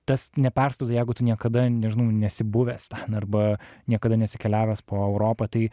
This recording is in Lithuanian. tas nepersiduoda jeigu tu niekada nežinau nesi buvęs arba niekada nesi keliavęs po europą tai